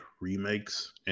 remakes